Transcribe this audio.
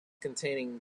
containing